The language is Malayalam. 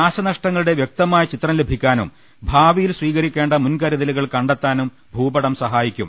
നാശനഷ്ടങ്ങളുടെ വൃക്തമായ ചിത്രം ലഭിക്കാനും ഭാവിയിൽ സ്വീകരിക്കേണ്ട മുൻകരുതലുകൾ കണ്ടെത്താനും ഭൂപടം സഹായി ക്കും